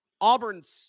Auburn's